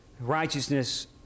righteousness